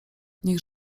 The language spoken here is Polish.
niech